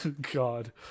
God